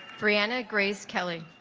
brianna grace kelly